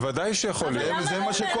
בוודאי שיכול להיות.